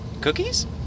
cookies